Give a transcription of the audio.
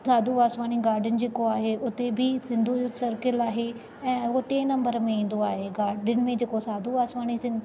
साधू Vaswani garden जेको आहे हुते बि सिंधूं युथ सर्कल आहे ऐं उहो टे नंबर में ईंदो आहे गार्डन में जेको साधू वासवाणी सिन